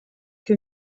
que